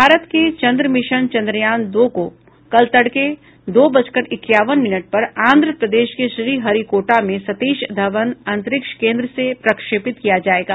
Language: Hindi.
भारत के चन्द्र मिशन चन्द्रयान दो को कल तड़के दो बजकर इक्यावन मिनट पर आंध्र प्रदेश के श्रीहरिकोटा में सतीश धवन अन्तरिक्ष केन्द्र से प्रक्षेपित किया जाएगा